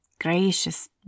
gracious